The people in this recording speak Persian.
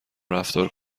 رفتار